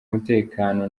umutekano